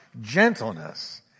gentleness